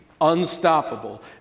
unstoppable